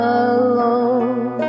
alone